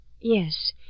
yes